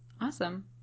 Awesome